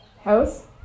House